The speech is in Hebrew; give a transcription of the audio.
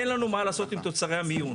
אין לנו מה לעשות עם תוצרי המיון.